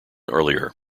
earlier